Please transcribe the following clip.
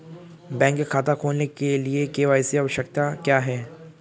Bank खाता खोलने के लिए के.वाई.सी आवश्यकताएं क्या हैं?